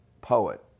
poet